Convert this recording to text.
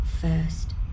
first